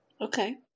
okay